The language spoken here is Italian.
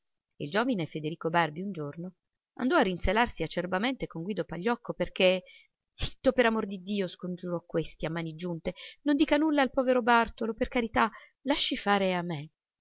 il giovine federico barbi un giorno andò a rinzelarsi acerbamente con guido pagliocco perché zitto per amor di dio scongiurò questi a mani giunte non dica nulla al povero bartolo per carità lasci fare a me